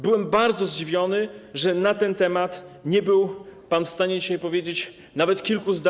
Byłem bardzo zdziwiony, że na ten temat nie był pan w stanie dzisiaj powiedzieć nawet kilku zdań.